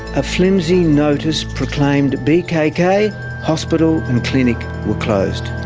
a flimsy notice proclaimed bkk hospital and clinic were closed.